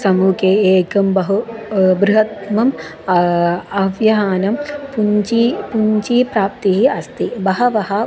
सम्मुखे एकं बहु बृहत्तमम् आवहनं पुञ्जी पुञ्चीप्राप्तिः अस्ति बहवः